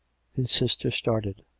his sister started.